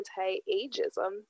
anti-ageism